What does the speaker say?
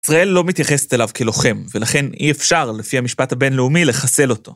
ישראל לא מתייחסת אליו כלוחם, ולכן אי אפשר, לפי המשפט הבינלאומי, לחסל אותו.